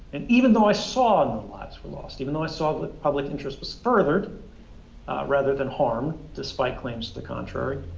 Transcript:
and even though i saw no lives were lost, even though i saw that public interest was furthered rather than harmed, despite claims to the contrary,